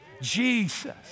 Jesus